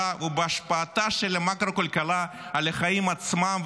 ובהשפעה של מקרו-כלכלה על החיים עצמם,